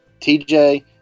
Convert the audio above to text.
TJ